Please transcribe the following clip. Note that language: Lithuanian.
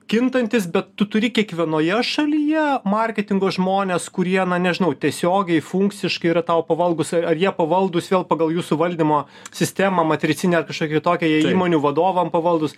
kintantis bet tu turi kiekvienoje šalyje marketingo žmones kurie na nežinau tiesiogiai funkciškai yra tau pavaldūs ar jie pavaldūs vėl pagal jūsų valdymo sistemą matricinę ar kažkokią tokią jie įmonių vadovam pavaldūs